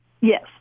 yes